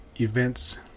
events